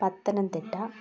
Pathanamthitta